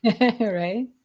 right